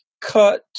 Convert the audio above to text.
cut